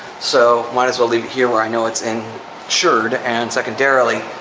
so might as well leave it here where i know it's and insured and, secondarily,